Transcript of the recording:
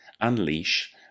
unleash